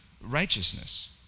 righteousness